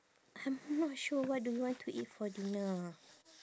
I'm not sure what do you want to eat for dinner